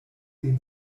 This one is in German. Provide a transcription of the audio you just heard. den